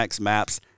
Maps